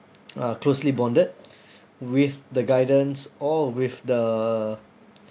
uh closely bonded with the guidance or with the